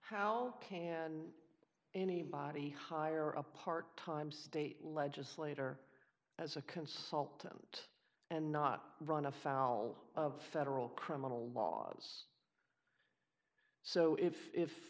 how can any body hire a part time state legislator as a consultant and not run afoul of federal criminal laws so if if